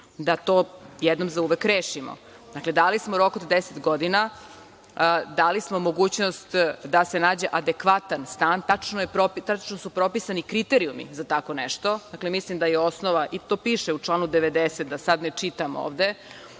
da to jednom zauvek rešimo. Dakle, dali smo rok od 10 godina, dali smo mogućnost da se nađe adekvatan stan, tačno su propisani kriterijumi za tako nešto i to piše u članu 90, da sad ne čitam ovde